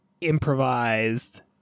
improvised